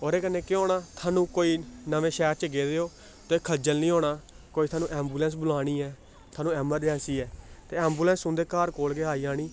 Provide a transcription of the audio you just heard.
ओह्दे कन्नै केह् होना थुहानूं कोई नमें शैह्र च गेदे ओ ते खज्जल निं होना कोई थुहानूं ऐंम्बूलैंस बुलानी ऐ थुहानूं अमरजैंसी ऐ ते ऐंम्बूलैंस उं'दे घर कोल गै आई जानी